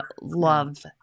love